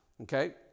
Okay